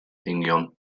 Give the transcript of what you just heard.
eingion